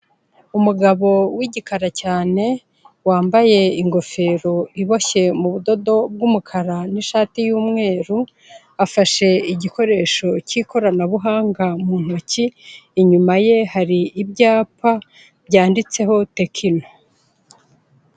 Umugabo w'igikara cyane wambaye ingofero iboshyeye mu budodo bw'umukara n'ishati y'umweru, afashe igikoresho cy'ikoranabuhanga mu ntoki, inyuma ye hari ibyapa byanditseho Tekino.